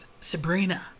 Sabrina